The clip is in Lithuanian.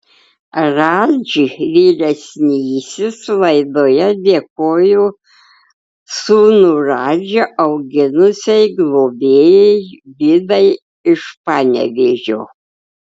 radži vyresnysis laidoje dėkojo sūnų radži auginusiai globėjai vidai iš panevėžio